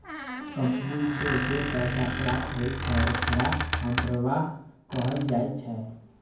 company के जे पैसा प्राप्त होइ छै, ओखरा अंतर्वाह कहल जाइ छै